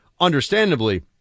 understandably